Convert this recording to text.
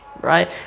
right